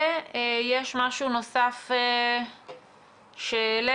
יש משהו נוסף שהעלינו?